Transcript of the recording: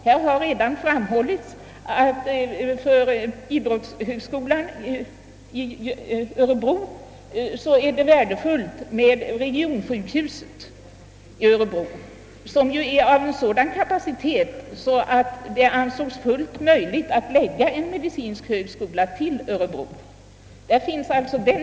Det har redan framhållits att för gymnastikoch idrottshögskolan i Örebro är regionssjukhuset i Örebro värdefullt. Detta sjukhus har sådan kapacitet att det ansågs fullt möjligt att inrätta en medicinsk högskola i Örebro.